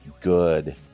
Good